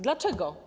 Dlaczego?